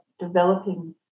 developing